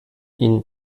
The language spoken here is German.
ihn